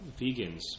vegans